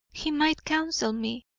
he might counsel me,